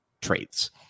traits